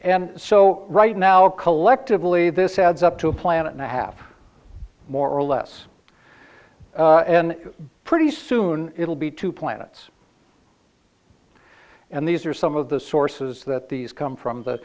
and so right now collectively this adds up to a planet and a half more or less and pretty soon it'll be two planets and these are some of the sources that these come from the